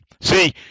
See